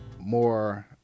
more